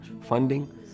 funding